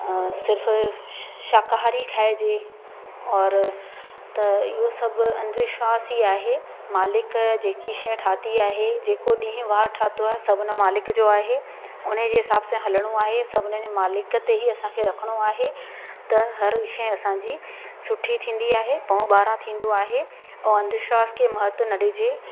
सिर्फ़ श शाकाहारी खाएजे और त इहो सभु अंधविश्वासु ई आहे मालिक जेकी शइ ठाती आहे जेको ॾींहं वार ठातो आहे सभु उन मालिक जो आहे उनजे हिसाब सां हलणो आहे सब उनजे मालिक ते ही असांखे रखणो आहे त हर शइ असांजी सुठी थींदी आहे पोइ ॿारा थींदो आहे ऐ अंधविश्वासु खे महत्व न ॾिजे